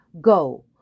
go